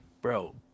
Bro